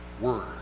word